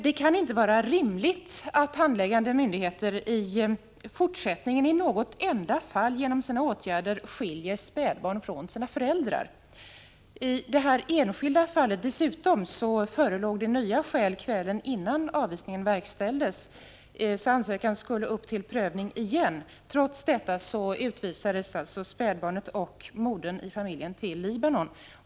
Det är inte rimligt att handläggande myndigheter i fortsättningen i något enda fall genom sina åtgärder skiljer spädbarn från deras föräldrar. I detta enskilda fall förelåg det dessutom nya skäl kvällen innan avvisningen verkställdes, så ansökan skulle upp till prövning igen. Trots detta utvisades spädbarnet och modern i familjen till Libanon.